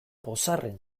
pozarren